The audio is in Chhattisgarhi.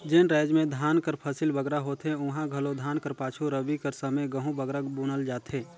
जेन राएज में धान कर फसिल बगरा होथे उहां घलो धान कर पाछू रबी कर समे गहूँ बगरा बुनल जाथे